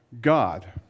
god